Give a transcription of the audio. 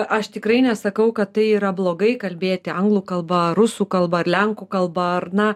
aš tikrai nesakau kad tai yra blogai kalbėti anglų kalba ar rusų kalba ar lenkų kalba ar na